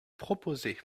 proposez